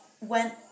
went